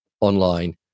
online